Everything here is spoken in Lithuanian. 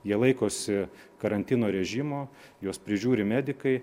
jie laikosi karantino režimo juos prižiūri medikai